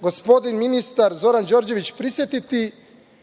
gospodin ministar Zoran Đorđević prisetiti,